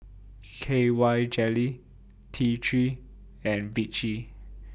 K Y Jelly T three and Vichy